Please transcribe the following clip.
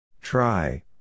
Try